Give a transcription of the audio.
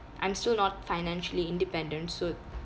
I'm still not financially independent so